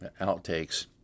outtakes